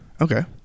Okay